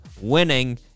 winning